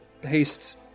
haste